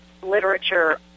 literature